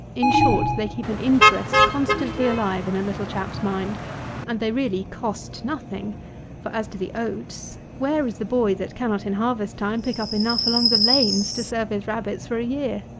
in short, they keep an interest constantly alive in a little chap's mind and they really cost nothing for as to the oats, where is the boy that cannot, in harvest-time, pick up enough along the lanes to serve his rabbits for a year?